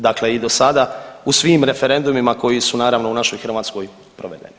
Dakle i do sada u svim referendumima koji su naravno u našoj Hrvatskoj provedeni.